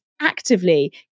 actively